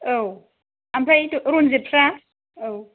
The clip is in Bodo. औ ओमफ्राय रन्जितफ्रा औ